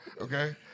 Okay